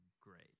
great